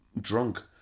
drunk